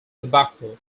tobacco